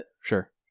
Sure